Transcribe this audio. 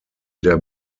der